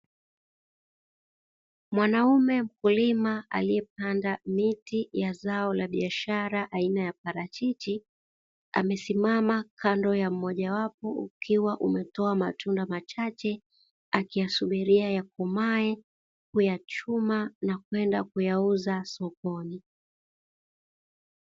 Mwanaume Mkulima aliyepanda miti ya zao la biashara aina ya parachichi, amesimama kando ya mmoja wapo ukiwa umetoa matunda machache akiyasubiria yakomae, kuyachuma na kwenda kuyauza sokoni.